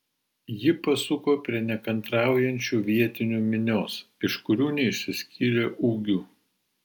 ji pasuko prie nekantraujančių vietinių minios iš kurių neišsiskyrė ūgiu